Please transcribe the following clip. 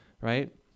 right